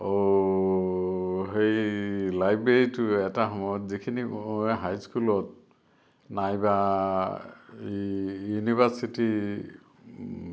সেই লাইব্ৰেৰীটো এটা সময়ত যিখিনি অই হাইস্কুলত নাইবা এই ইউনিভাৰ্চিটি